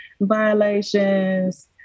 violations